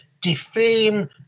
Defame